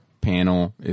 panel